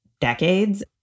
decades